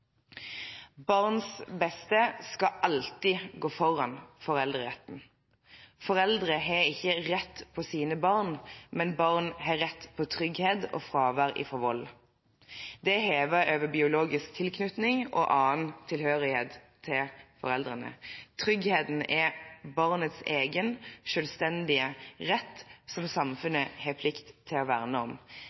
Barns beste skal alltid gå foran foreldreretten. Foreldre har ikke rett på sine barn, men barn har rett på trygghet og fravær av vold. Det er hevet over biologisk tilknytning og annen tilhørighet til foreldrene. Tryggheten er barnets egen selvstendige rett som samfunnet har plikt til å verne om.